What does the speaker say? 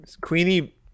queenie